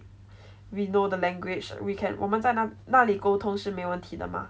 we know the language we can 我们在哪哪里沟通是没问题的吗